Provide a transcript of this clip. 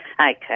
Okay